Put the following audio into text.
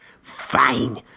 Fine